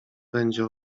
będzie